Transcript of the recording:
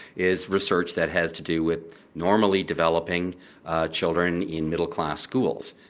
is research that has to do with normally developing children in middle class schools,